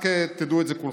רק תדעו את זה כולכם.